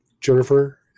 Jennifer